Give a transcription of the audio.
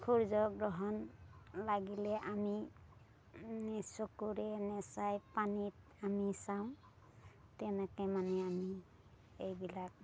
সূৰ্য গ্ৰহণ লাগিলে আমি নিজ চকুৰে নেচায় পানীত আমি চাওঁ তেনেকে মানে আমি এইবিলাক